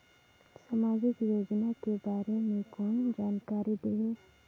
समाजिक योजना के बारे मे कोन जानकारी देही?